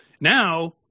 Now